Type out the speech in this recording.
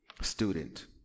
student